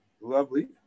Lovely